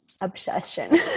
obsession